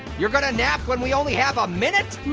you're gonna nap when we only have a minute?